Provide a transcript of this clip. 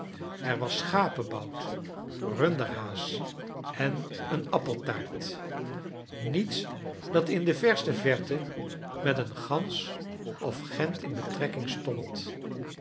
er was schapenbout runderhaas en een appeltaart niets dat in de verste verte met een gans of gent in betrekking stond